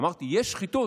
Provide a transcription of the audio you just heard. אמרתי: יש שחיתות.